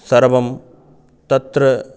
सर्वं तत्र